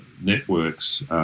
networks